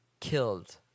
Killed